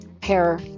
pair